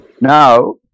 now